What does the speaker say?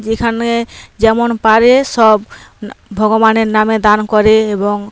যেখানে যেমন পারে সব ভগবানের নামে দান করে এবং